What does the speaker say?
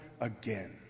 again